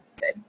good